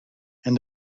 and